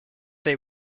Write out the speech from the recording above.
they